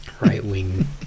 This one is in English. right-wing